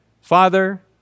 Father